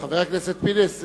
חבר הכנסת פינס,